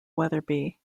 wetherby